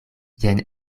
jen